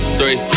Three